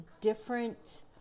different